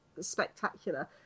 spectacular